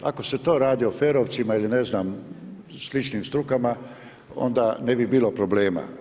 Ako se to radi o ferovcima ili ne znam, sličnim strukama, onda ne bi bilo problema.